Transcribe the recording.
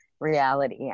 reality